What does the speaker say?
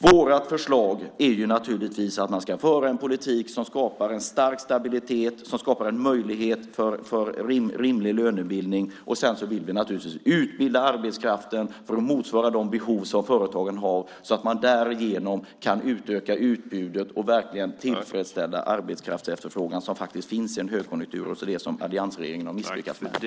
Vårt förslag är att man ska föra en politik som skapar en stark stabilitet och en möjlighet till rimlig lönebildning, och sedan vill vi naturligtvis utbilda arbetskraften för att motsvara de behov som företagen har så att man därigenom kan utöka utbudet och verkligen tillfredsställa den arbetskraftsefterfrågan som faktiskt finns i en högkonjunktur och som alliansregeringen har misslyckats med.